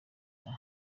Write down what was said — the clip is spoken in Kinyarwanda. leta